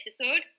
episode